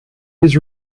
his